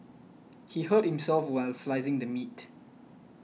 he hurt himself while slicing the meat